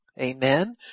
amen